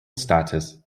status